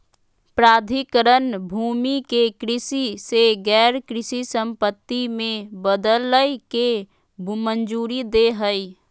प्राधिकरण भूमि के कृषि से गैर कृषि संपत्ति में बदलय के मंजूरी दे हइ